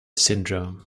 syndrome